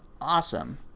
Awesome